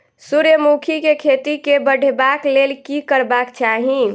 सूर्यमुखी केँ खेती केँ बढ़ेबाक लेल की करबाक चाहि?